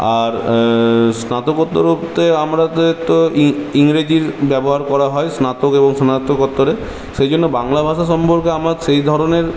আর স্নাতকোত্তর করতে আমদের তো ই ইংরেজির ব্যবহার করা হয় স্নাতক এবং স্নাতকোত্তরে সেই জন্যে বাংলা ভাষা সম্পর্কে আমার সেই ধরনের